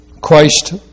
Christ